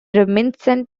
reminiscent